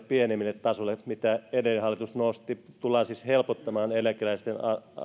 pienemmälle tasolle omavastuuosuuksia mitä edellinen hallitus nosti nyt tullaan siis helpottamaan eläkeläisten